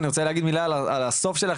אני רוצה להגיד מילה על מילות הסיום שלך,